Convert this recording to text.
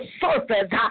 surface